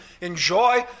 enjoy